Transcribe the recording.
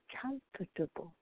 comfortable